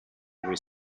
every